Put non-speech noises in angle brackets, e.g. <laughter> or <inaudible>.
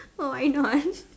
oh why not <laughs>